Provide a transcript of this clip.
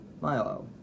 Milo